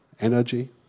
energy